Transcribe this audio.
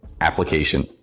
application